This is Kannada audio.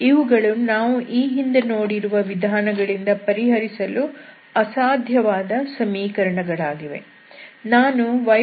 ಇವುಗಳು ನಾವು ಈ ಹಿಂದೆ ನೋಡಿರುವ ವಿಧಾನಗಳಿಂದ ಪರಿಹರಿಸಲು ಅಸಾಧ್ಯವಾದ ಸಮೀಕರಣಗಳಾಗಿವೆ